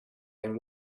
man